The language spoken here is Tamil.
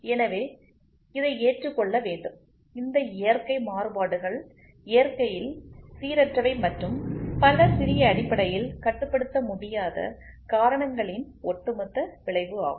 எனவே இதை ஏற்றுக்கொள்ள வேண்டும் இந்த இயற்கை மாறுபாடுகள் இயற்கையில் சீரற்றவை மற்றும் பல சிறிய அடிப்படையில் கட்டுப்படுத்த முடியாத காரணங்களின் ஒட்டுமொத்த விளைவு ஆகும்